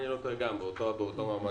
אם אני לא טועה, באותו מעמד.